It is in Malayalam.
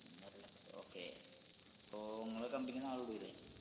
ഒന്നര ലക്ഷം ഓക്കെ അപ്പോൾ നിങ്ങൾ കമ്പനിയിൽ നിന്ന് ആളെ വിടുകയില്ലെ